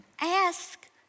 ask